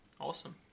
Awesome